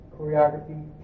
choreography